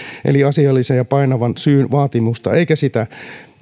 eli asiallisen ja painavan syyn vaatimusta eikä sitä